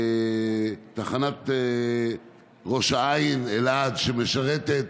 תחנת ראש העין, אלעד, שמשרתת,